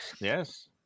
yes